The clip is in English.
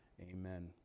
Amen